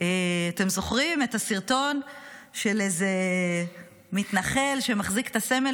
אתם זוכרים את הסרטון של איזה מתנחל שמחזיק את הסמל